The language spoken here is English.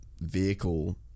vehicle